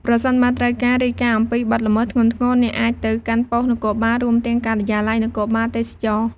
ប្រសិនបើត្រូវរាយការណ៍អំពីបទល្មើសធ្ងន់ធ្ងរ អ្នកអាចទៅកាន់ប៉ុស្តិ៍នគរបាល រួមទាំងការិយាល័យនគរបាលទេសចរណ៍ ។